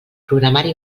programari